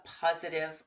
positive